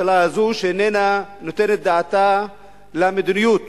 הממשלה הזאת איננה נותנת את דעתה למדיניות